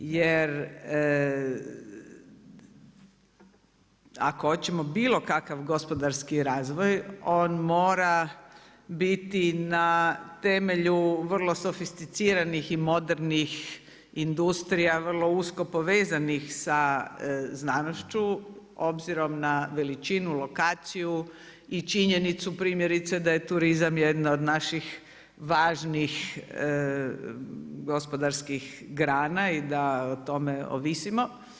Ako hoćemo bilo kakav gospodarski razvoj on mora biti na temelju vrlo sofisticiranih i modernih industrija vrlo usko povezanih sa znanošću obzirom na veličinu, lokaciju i činjenicu primjerice da je turizam jedna od naših važnih gospodarskih grana i da o tome ovisimo.